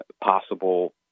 possible